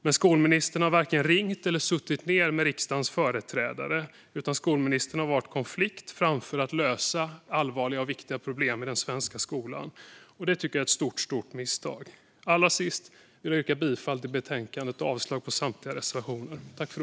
Men skolministern har varken ringt eller suttit ned med riksdagens företrädare. Skolministern har valt konflikt framför att lösa allvarliga och viktiga problem i den svenska skolan. Det tycker jag är ett stort misstag. Allra sist vill jag yrka bifall till utskottets förslag i betänkandet och avslag på samtliga reservationer.